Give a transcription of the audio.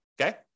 okay